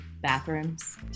bathrooms